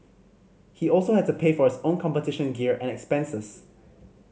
he also had to pay for his own competition gear and expenses